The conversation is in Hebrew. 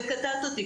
קטעת אותי,